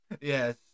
Yes